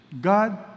God